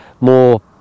more